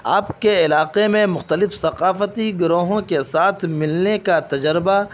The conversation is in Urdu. آپ کے علاقے میں مختلف ثقافتی گروہوں کے ساتھ ملنے کا تجربہ